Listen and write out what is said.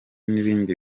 n’ibindi